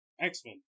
X-Men